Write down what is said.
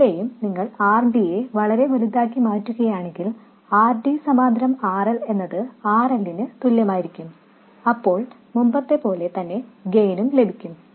ഇവിടെയും നിങ്ങൾ RD യെ വളരെ വലുതാക്കി മാറ്റുകയാണെങ്കിൽ RD സമാന്തരം RL എന്നത് RL ന് തുല്യമായിരിക്കും അപ്പോൾ മുമ്പത്തെപ്പോലെ തന്നെ ഗെയിനും ലഭിക്കും